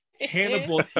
Hannibal